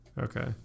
Okay